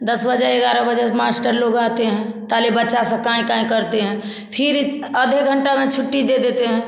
दस बजे ग्यारह बजे मास्टर लोग आते हैं ताले बचा सब काँए काँए करते हैं फिर आधे घंटे में छुट्टी दे देते हैं